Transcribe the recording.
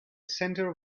center